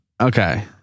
Okay